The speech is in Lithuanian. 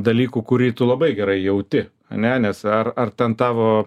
dalykų kurį tu labai gerai jauti ar ne nes ar ar ten tavo